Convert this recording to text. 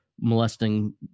molesting